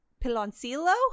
piloncillo